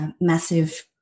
massive